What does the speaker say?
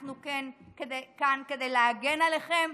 אנחנו כאן כדי כאן כדי להגן עליכם,